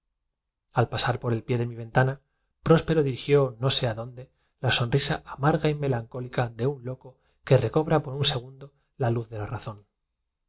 al pasar por el pie de mi ventana próspero al pronunciar estas últimas palabras no lloró pero animado de la dirigió no sé adónde la sonrisa amarga y melancólica de un loco que cólera momentánea y viva propia de muchos picardos se abalanzó a recobra por un segundo la luz de la razón